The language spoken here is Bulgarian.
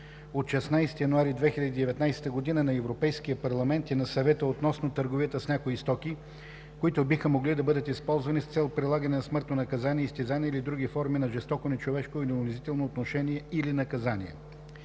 от 16 януари 2019 г. на Европейския парламент и на Съвета относно търговията с някои стоки, които биха могли да бъдат използвани с цел прилагане на смъртно наказание, изтезания или други форми на жестоко, нечовешко или унизително отношение или наказание.